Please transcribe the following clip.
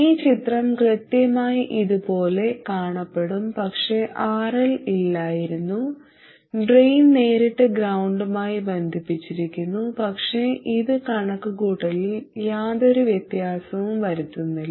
ഈ ചിത്രം കൃത്യമായി ഇതുപോലെ കാണപ്പെടും പക്ഷേ RL ഇല്ലായിരുന്നു ഡ്രെയിൻ നേരിട്ട് ഗ്രൌണ്ട് മായി ബന്ധിപ്പിച്ചിരിക്കുന്നു പക്ഷേ ഇത് കണക്കുകൂട്ടലിൽ യാതൊരു വ്യത്യാസവുo വരുത്തുന്നില്ല